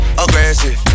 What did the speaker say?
aggressive